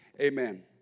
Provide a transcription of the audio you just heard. amen